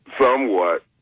somewhat